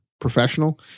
professional